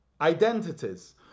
identities